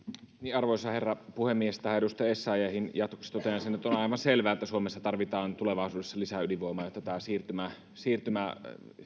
arvoisa herra puhemies tähän edustaja essayahin jatkoksi totean sen että on aivan selvää että suomessa tarvitaan tulevaisuudessa lisää ydinvoimaa jotta tätä siirtymää